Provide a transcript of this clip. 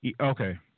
Okay